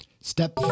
Step